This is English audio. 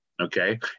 okay